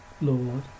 Lord